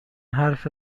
حرف